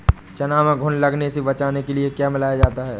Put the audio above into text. चना में घुन लगने से बचाने के लिए क्या मिलाया जाता है?